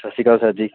ਸਤਿ ਸ਼੍ਰੀ ਅਕਾਲ ਸਰ ਜੀ